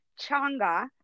Changa